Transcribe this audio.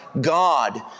God